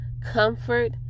comfort